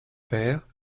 père